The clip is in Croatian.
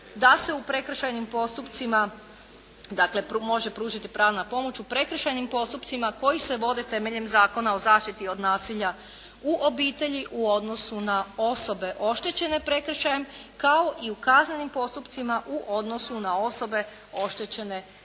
da se u prekršajnim postupcima dakle može pružiti pravna pomoć u prekršajnim postupcima koji se vode temeljem Zakona o zaštiti od nasilja u obitelji u odnosu na osobe oštećene prekršajem kao i u kaznenim postupcima u odnosu na osobe oštećene